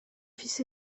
fils